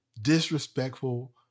disrespectful